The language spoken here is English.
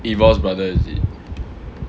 eivor's brother is it